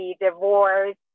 divorce